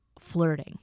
flirting